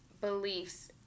beliefs